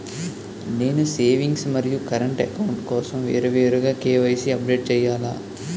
నేను సేవింగ్స్ మరియు current account కోసం వేరువేరుగా కే.వై.సీ అప్డేట్ చేయాలా?